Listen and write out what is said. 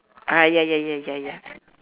ah ya ya ya ya ya